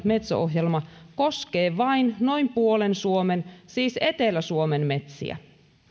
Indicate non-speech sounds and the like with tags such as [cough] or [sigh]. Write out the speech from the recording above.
[unintelligible] metso ohjelma koskee vain noin puolen suomen siis etelä suomen metsiä